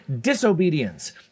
disobedience